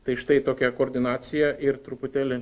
tai štai tokia koordinacija ir truputėlį